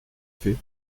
fait